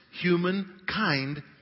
humankind